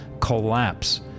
collapse